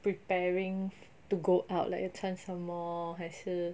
preparing to go out like 要穿什么还是